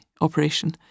operation